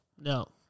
No